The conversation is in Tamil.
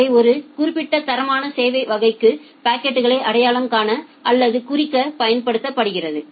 அவை ஒரு குறிப்பிட்ட தரமான சேவை வகைக்கு பாக்கெட்களை அடையாளம் காண அல்லது குறிக்க பயன்படுகிறது